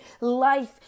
life